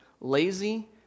lazy